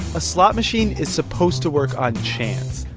a slot machine is supposed to work on chance,